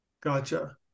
Gotcha